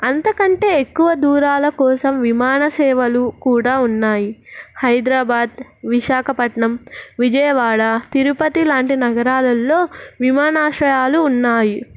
అంతకంటే ఎక్కువ దూరాల కోసం విమాన సేవలు కూడా ఉన్నాయి హైదరాబాద్ విశాఖపట్నం విజయవాడ తిరుపతి లాంటి నగరాలల్లో విమానాశ్రయాలు ఉన్నాయి